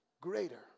greater